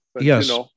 yes